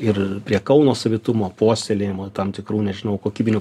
ir prie kauno savitumo puoselėjimo tam tikrų nežinau kokybinių